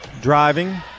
driving